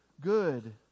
good